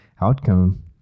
outcome